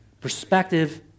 Perspective